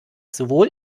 sowohl